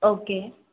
okay